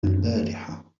البارحة